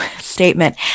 statement